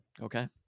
Okay